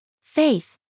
Faith